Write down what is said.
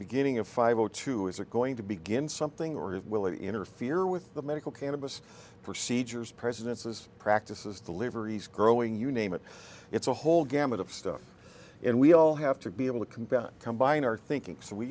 beginning of five o two is it going to begin something or it will interfere with the medical cannabis procedures presidents as practices deliveries growing you name it it's a whole gamut of stuff and we all have to be able to combat combine our thinking so we